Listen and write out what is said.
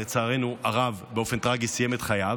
לצערנו הרב, באופן טרגי סיים את חייו,